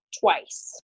twice